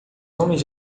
homens